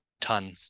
ton